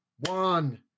one